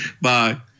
Bye